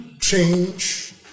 change